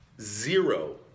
zero